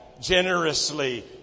generously